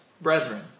brethren